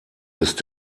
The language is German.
ist